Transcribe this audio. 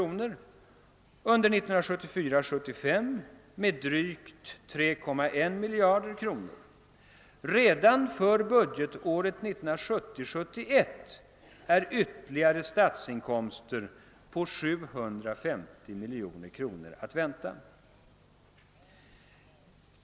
och under 1974 71 är ytterligare statsinkomster på 750 miljoner kr. att vänta.